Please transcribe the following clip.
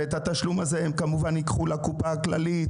ואת התשלום הזו הם ייקחו כמובן לקופה הכללית